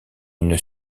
une